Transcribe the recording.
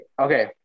Okay